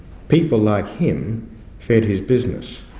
people like him fed his business.